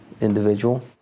individual